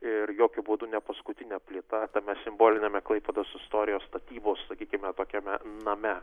ir jokiu būdu ne paskutinė plyta tame simboliniame klaipėdos istorijos statybos sakykime tokiame name